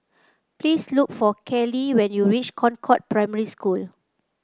please look for Cali when you reach Concord Primary School